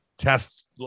tests